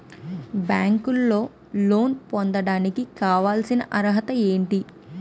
బ్యాంకులో లోన్ పొందడానికి కావాల్సిన అర్హత ఏంటి?